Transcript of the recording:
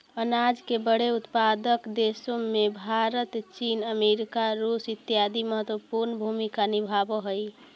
अनाज के बड़े उत्पादक देशों में भारत चीन अमेरिका रूस इत्यादि महत्वपूर्ण भूमिका निभावअ हई